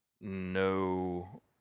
no